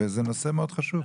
זה נושא מאוד חשוב.